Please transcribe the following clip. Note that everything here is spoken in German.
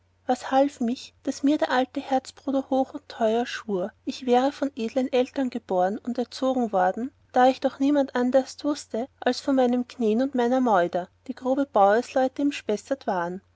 was half mich daß mir der alte herzbruder hoch und teuer schwur ich wäre von edlen eltern geboren und erzogen worden da ich doch von niemand anderst wußte als von meinem knän und meiner meuder die grobe bauersleute im spessert waren